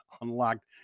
unlocked